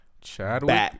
Chadwick